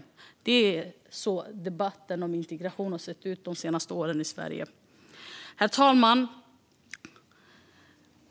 Det är så debatten om integration har sett ut i Sverige de senaste åren. Herr talman!